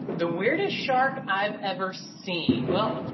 the weirdest shark i've ever seen. well,